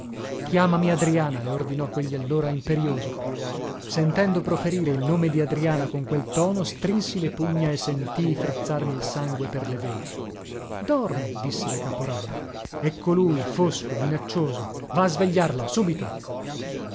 chiamami adriana le ordinò quegli allora imperioso sentendo proferire il nome di adriana con quel tono strinsi le pugna e sentii frizzarmi il sangue per le vene dorme disse la caporale e colui fosco minaccioso va a svegliarla subito